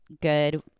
good